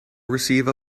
receive